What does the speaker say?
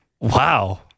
Wow